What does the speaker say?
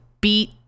beat